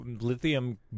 lithium